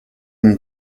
une